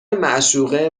معشوقه